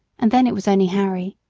and then it was only harry.